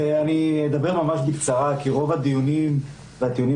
אני אדבר ממש בקצרה כי רוב הדיונים והטיעונים